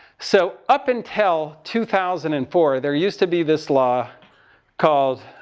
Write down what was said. so up until two thousand and four there used to be this law called,